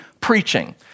preaching